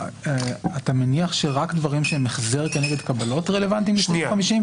אתה מניח שרק דברים שהם החזר כנגד קבלות הם רלוונטיים לסעיף 50?